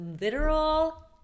Literal